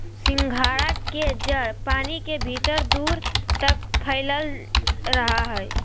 सिंघाड़ा के जड़ पानी के भीतर दूर तक फैलल रहा हइ